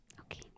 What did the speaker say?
Okay